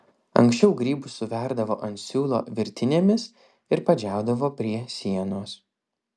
anksčiau grybus suverdavo ant siūlo virtinėmis ir padžiaudavo prie sienos